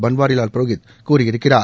பன்வாரிலால் புரோஹித் கூறியிருக்கிறார்